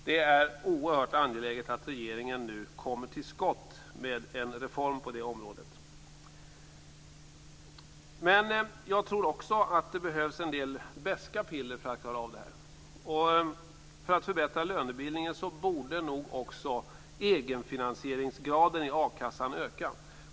Det är oerhört angeläget att regeringen nu kommer till skott med en reform på det området. Men jag tror också att det behövs en del beska piller för att klara av det här. För att förbättra lönebildningen borde nog egenfinansieringsgraden i akassan öka.